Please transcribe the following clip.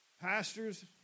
Pastors